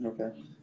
okay